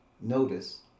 Notice